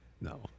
No